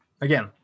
again